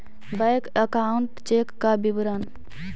Bank account check का विवरण?